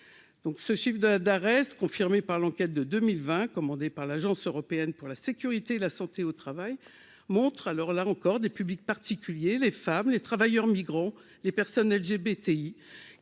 ce chiffre de d'Arese confirmé par l'enquête de 2020, commandé par l'Agence européenne pour la sécurité et la santé au travail montre alors là encore des publics particuliers, les femmes, les travailleurs migrants, les personnes LGBT